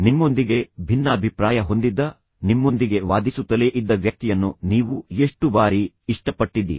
ನಿಮ್ಮೊಂದಿಗೆ ಭಿನ್ನಾಭಿಪ್ರಾಯ ಹೊಂದಿದ್ದ ನಿಮ್ಮೊಂದಿಗೆ ವಾದಿಸುತ್ತಲೇ ಇದ್ದ ವ್ಯಕ್ತಿಯನ್ನು ನೀವು ಎಷ್ಟು ಬಾರಿ ಇಷ್ಟಪಟ್ಟಿದ್ದೀರಿ